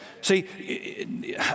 See